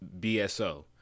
BSO